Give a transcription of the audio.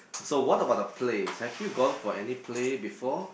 so what about the plays have you gone for any play before